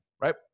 right